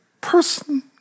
Person